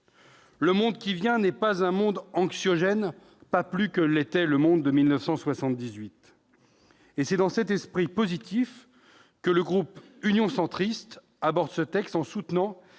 Le monde qui vient n'est pas un monde anxiogène, pas plus que ne l'était le monde de 1978. Et c'est dans cet esprit positif que le groupe Union Centriste aborde ce texte, en soutenant